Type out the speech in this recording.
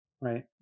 Right